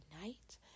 night